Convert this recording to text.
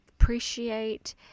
appreciate